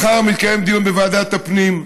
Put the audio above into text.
מחר מתקיים דיון בוועדת הפנים,